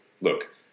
look